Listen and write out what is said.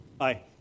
Aye